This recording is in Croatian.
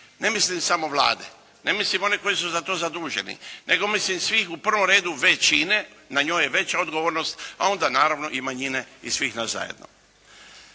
ne mislim samo Vlade, ne mislim one koji su za to zaduženi, nego mislim svih u prvom redu većine, na njoj je veća odgovornost a onda naravno i manjine i svih nas zajedno.